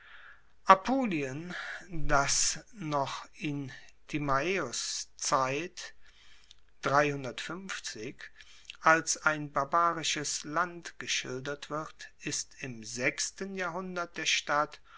apulien das noch in timaeos zeit als ein barbarisches land geschildert wird ist im sechsten jahrhundert der stadt